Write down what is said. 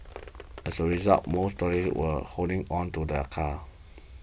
as a result most motorists were holding on to their cars